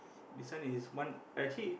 this one is one I actually